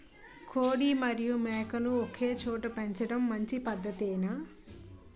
కోడి మరియు మేక ను ఒకేచోట పెంచడం మంచి పద్ధతేనా?